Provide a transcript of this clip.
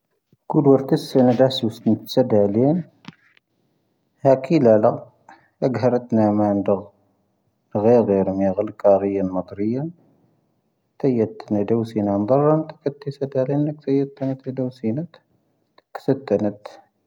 ⴽⵓⵍⵓ ⵡⴰ ⵜⵉⵙ ⵙⵉⵏⵏⴰ ⴷⴰⵙ ⵢⵓⵙⵎ ⵜⵉⵙ ⴰⴷⴰⵍ ⵢⵉⵏ. ⵀⴰⴽⵉ ⵍⴰⵍⴰ ⴰⴳⵀⴰⵔⴰⵜ ⵏⴰ ⵎⴰⴰⵏⴷⴰ. ⴳⵀⴰⵉⵔⴻ ⵎⵢⴰ ⴳⵀⴰⵍ ⴽⴰⵔⵉ ⵢⵉⵏ ⵎⴰⵜⵔⵉ ⵢⵉⵏ. ⵜⵉⵢⴰⵜ ⵏⴰ ⵉⴷⴰⵡ ⵙⵉⵏⴰⵏ ⴷⴰⵔⴰⵏ. ⵜⵉⵢⴰⵜ ⵜⵉⵙ ⴰⴷⴰⵍ ⵢⵉⵏ ⵏⴰ ⵜⵉⵢⴰⵜ ⵏⴰ ⵉⴷⴰⵡ ⵙⵉⵏⴰⵏ. ⵜⵉⵅ ⵜⵉⵢⴰⵜ ⵏⴰ.